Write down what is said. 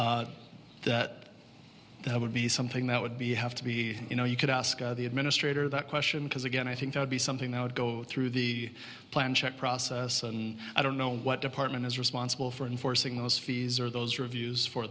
now that would be something that would be you have to be you know you could ask the administrator that question because again i think it would be something that would go through the plant check process and i don't know what department is responsible for enforcing those fees or those reviews for